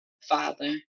Father